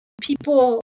people